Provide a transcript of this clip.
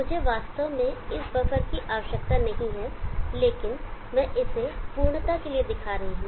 मुझे वास्तव में इस बफर की आवश्यकता नहीं है लेकिन मैं इसे पूर्णता के लिए दिखा रहा हूं